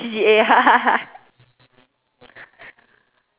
C_C_A